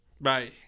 Bye